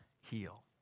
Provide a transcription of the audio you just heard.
heal